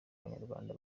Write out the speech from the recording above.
abanyarwanda